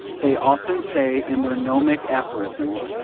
they often say in their gnomic aphorisms,